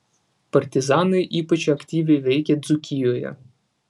partizanai ypač aktyviai veikė dzūkijoje